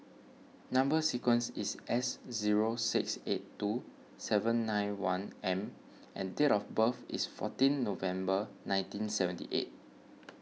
Number Sequence is S zero six eight two seven nine one M and date of birth is fourteen November nineteen seventy eight